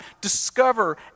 discover